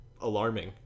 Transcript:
alarming